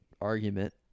argument